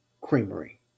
Creamery